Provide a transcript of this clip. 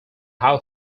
how